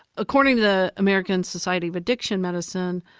according to the american society of addiction medicine,